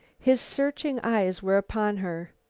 his searching eyes were upon her.